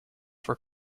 for